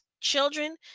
children